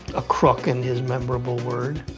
a crook in his memorable word